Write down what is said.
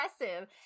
Impressive